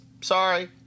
sorry